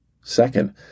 Second